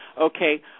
Okay